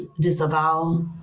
disavow